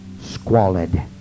squalid